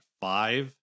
five